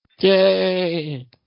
Yay